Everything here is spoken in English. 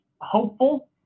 hopeful